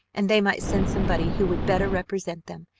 and they might send somebody who would better represent them,